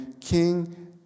King